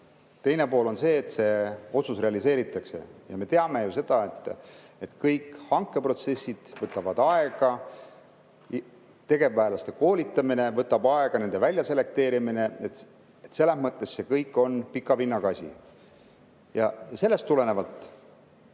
teine pool on see, et see otsus realiseeritakse. Me teame ju, et kõik hankeprotsessid võtavad aega. Tegevväelaste koolitamine võtab aega, ka nende väljaselekteerimine. See kõik on pika vinnaga asi. Sellest tulenevalt,